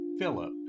Philip